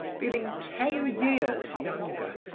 feeling ten years younger,